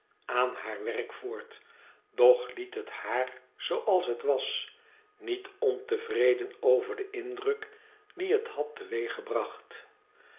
aan haar werk voort doch liet het haar zooals het was niet ontevreden over den indruk dien het had